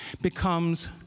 becomes